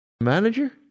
Manager